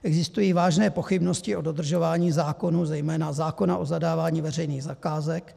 Existují vážné pochybnosti o dodržování zákonů, zejména zákona o zadávání veřejných zakázek.